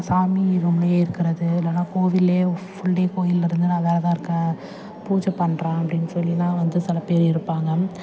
சாமி ரூம்லேயே இருக்கிறது இல்லைன்னா கோவில்லேயே ஃபுல் டே கோவில்ல இருந்து நான் விரதம் இருக்கேன் பூஜை பண்ணுறேன் அப்படின்னு சொல்லிலாம் வந்து சில பேர் இருப்பாங்க